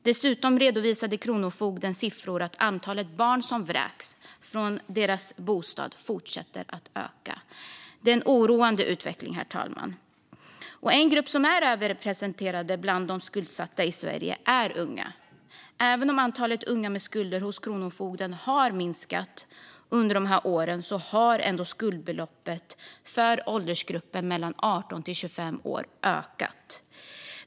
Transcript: Dessutom redovisade Kronofogden siffror som visar att antalet barn som vräks från sin bostad fortsätter att öka. Det är en oroande utveckling, herr talman. En grupp som är överrepresenterad bland de skuldsatta i Sverige är unga. Även om antalet unga med skulder hos Kronofogden har minskat under dessa år har skuldbeloppet för åldersgruppen 18-25 år ökat.